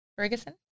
Ferguson